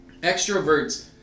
extroverts